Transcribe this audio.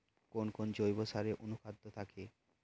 কোন কোন জৈব সারে অনুখাদ্য থাকে?